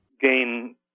gain